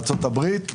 ארצות הברית,